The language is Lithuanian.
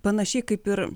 panašiai kaip ir